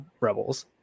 rebels